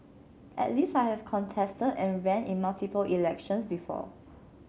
at least I have contested and ran in multiple elections before